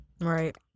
Right